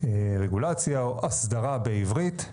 או אסדרה בעברית.